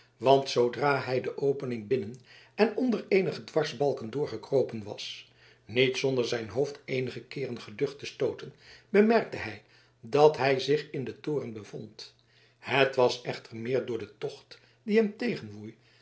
want zoodra hij de opening binnenen onder eenige dwarsbalken doorgekropen was niet zonder zijn hoofd eenige keeren geducht te stooten bemerkte hij dat hij zich in den toren bevond het was echter meer door den tocht die hem